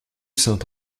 saint